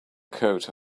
coat